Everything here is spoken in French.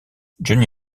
johnny